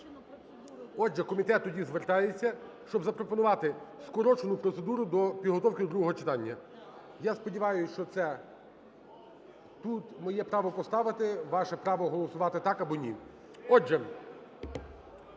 Отже, комітет тоді звертається, щоб запропонувати скорочену процедуру до підготовки другого читання. Я сподіваюсь, що це… тут моє право поставити, ваше право голосувати так або ні.